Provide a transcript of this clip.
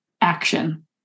action